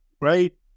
right